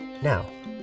Now